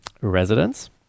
Residence